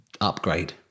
upgrade